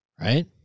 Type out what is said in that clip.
right